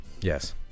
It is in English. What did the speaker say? Yes